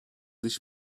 dış